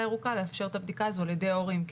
ירוקה לאפשר את הבדיקה הזו על ידי ההורים,